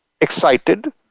excited